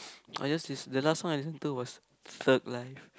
I just list the last song I listen to was Thug Life